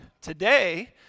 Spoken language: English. today